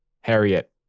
Harriet